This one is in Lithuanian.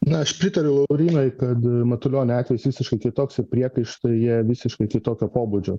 na aš pritariu laurynui kad matulionio atvejis visiškai kitoks ir priekaištai jie visiškai kitokio pobūdžio